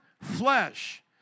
flesh